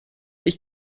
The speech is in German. ich